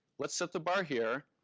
let's set the bar here,